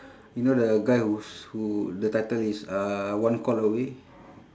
you know the guy whose who the title is uh one call away